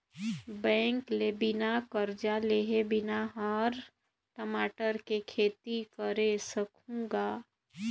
bank ले बिना करजा लेहे बिना में हर टमाटर के खेती करे सकहुँ गा